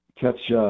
catch –